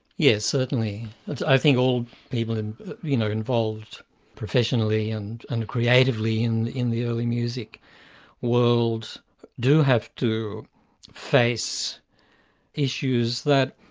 yes, certainly. i think all people you know involved professionally and and creatively in in the early music world do have to face issues that,